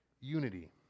unity